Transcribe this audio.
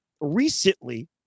recently